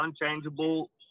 unchangeable